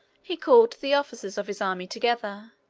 he called the officers of his army together,